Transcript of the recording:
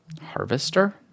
Harvester